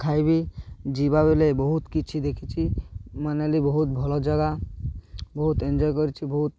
ଖାଇବି ଯିବା ବେଲେ ବହୁତ କିଛି ଦେଖିଛି ମନାଲି ବହୁତ ଭଲ ଜାଗା ବହୁତ ଏନ୍ଜୟ କରିଛି ବହୁତ